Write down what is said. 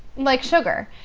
like sugar,